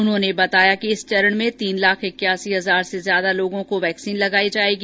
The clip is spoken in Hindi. उन्होंने बताया कि इस चरण में तीन लाख इक्यासी हजार से ज्यादा लोगों को वैक्सीन लगाई जायेगी